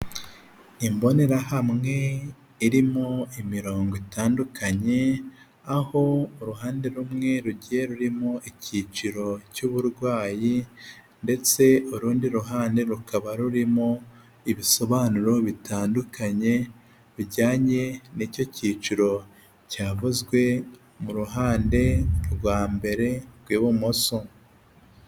Imbonerahamwe irimo imirongo itandukanye, aho uruhande rumwe rugiye rurimo icyiciro cy'uburwayi ndetse urundi ruhande rukaba rurimo ibisobanuro bitandukanye bijyanye n'icyo cyiciro cyavuzwe mu ruhande rwa mbere rw'ibumoso.